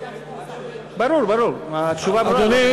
ברור, ברור, התשובה ברורה.